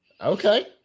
Okay